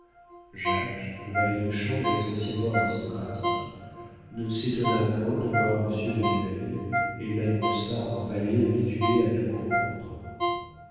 jacques valet de chambre essentiellement aristocratique ne s'étonna point de voir monsieur de nueil et l'annonça en valet habitué à tout comprendre